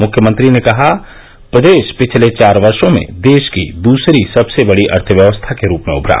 मुख्यमंत्री ने कहा प्रदेश पिछले चार वर्षो में देश की दूसरी सबसे बड़ी अर्थव्यवस्था के रूप में उभरा